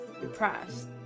depressed